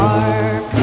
Dark